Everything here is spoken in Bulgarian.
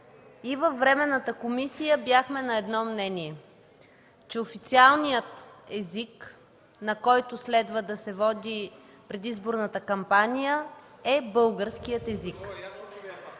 и във Временната комисия бяхме на едно мнение, че официалният език, на който следва да се води предизборната кампания, е българският език.